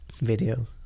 video